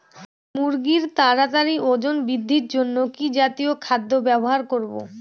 মুরগীর তাড়াতাড়ি ওজন বৃদ্ধির জন্য কি জাতীয় খাদ্য ব্যবহার করব?